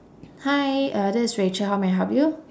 hi uh this is rachel how may I help you